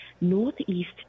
northeast